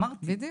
אני אמרתי.